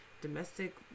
domestic